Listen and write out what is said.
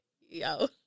yo